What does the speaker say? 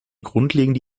grundlegende